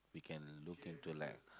we can look into like